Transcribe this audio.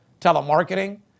telemarketing